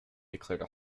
declared